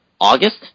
August